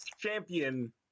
champion